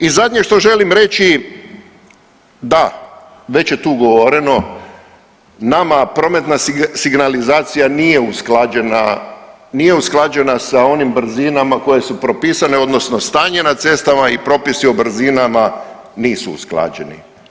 I zadnje što želim reći da već je tu govoreno, nama prometna signalizacija nije usklađena, nije usklađena sa onim brzinama koje su propisane odnosno stanje na cestama i propisi o brzinama nisu usklađeni.